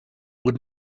would